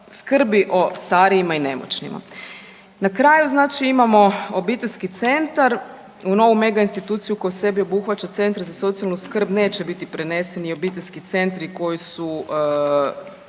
o starijima i nemoćnima. Na kraju znači imamo obiteljski centar, u novu megainstituciju koju u sebi obuhvaća centre za socijalnu skrb, neće biti preneseni obiteljski centri koji su